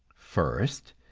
first,